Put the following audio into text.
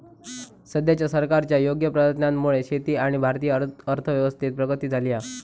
सद्याच्या सरकारच्या योग्य प्रयत्नांमुळे शेती आणि भारतीय अर्थव्यवस्थेची प्रगती झाली हा